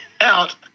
out